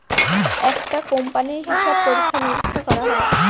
একটা কোম্পানির হিসাব পরীক্ষা নিরীক্ষা করা হয়